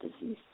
disease